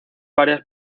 varias